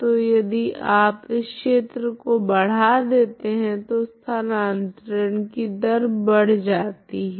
तो यदि आप इस क्षेत्र को बढ़ा देते है तो स्थानांतरण की दर बढ़ जाती है